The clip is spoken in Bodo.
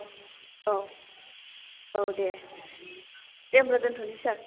औ औ दे दे होनब्ला दोन्थ'नोसै सार